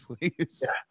please